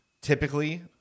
typically